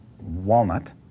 Walnut